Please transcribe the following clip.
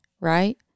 right